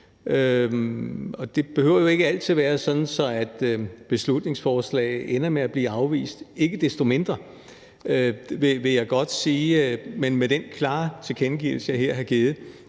Det behøver jo ikke altid at være sådan, at beslutningsforslag ender med at blive afvist. Ikke desto mindre vil jeg godt sige, at selv med den klare tilkendegivelse, jeg her har givet